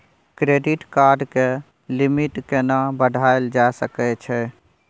Credit card के limit केना बढायल जा सकै छै?